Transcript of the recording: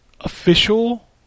official